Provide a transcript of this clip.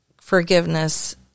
forgiveness